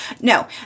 no